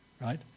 Right